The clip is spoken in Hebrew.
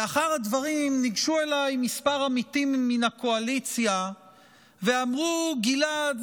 לאחר הדברים ניגשו אליי כמה עמיתים מן הקואליציה ואמרו: גלעד,